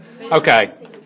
Okay